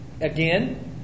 again